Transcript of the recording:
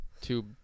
two